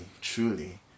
truly